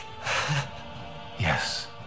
Yes